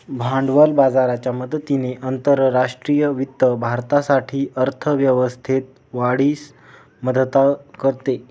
भांडवल बाजाराच्या मदतीने आंतरराष्ट्रीय वित्त भारतासाठी अर्थ व्यवस्थेस वाढीस मदत करते